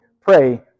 pray